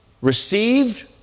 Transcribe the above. received